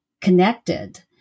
connected